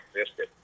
existed